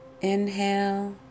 Inhale